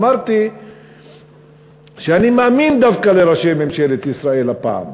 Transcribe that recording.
אמרתי שאני מאמין דווקא לראשי ממשלת ישראל הפעם,